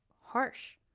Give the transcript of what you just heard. Harsh